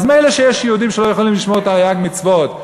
אז מילא שיש יהודים שלא יכולים לשמור תרי"ג מצוות,